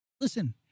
Listen